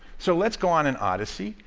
so let's go on an odyssey,